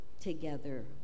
together